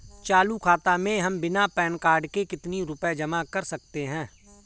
चालू खाता में हम बिना पैन कार्ड के कितनी रूपए जमा कर सकते हैं?